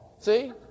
See